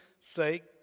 sake